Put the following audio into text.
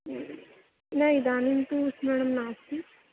न इदानीं तु स्मरणम् नास्ति